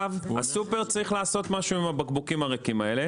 הסופר צריך לעשות משהו עם הבקבוקים הריקים האלה.